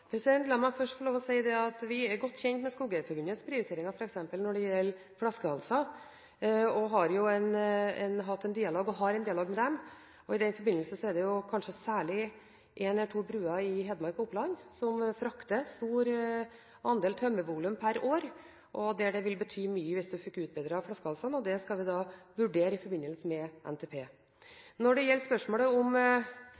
La meg først få lov å si at vi er godt kjent med Skogeierforbundets prioriteringer f.eks. når det gjelder flaskehalser, og har hatt – og har – en dialog med dem. I den forbindelse er det kanskje særlig en eller to bruer i Hedmark og Oppland som frakter en stor andel tømmervolum per år, der det vil bety mye hvis en fikk utbedret flaskehalsene. Det skal vi vurdere i forbindelse med